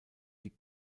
die